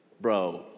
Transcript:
bro